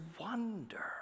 wonder